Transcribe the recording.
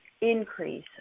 increase